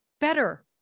better